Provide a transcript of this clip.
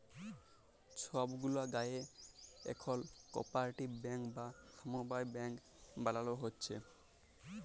ছব গুলা গায়েঁ এখল কপারেটিভ ব্যাংক বা সমবায় ব্যাংক বালালো হ্যয়েছে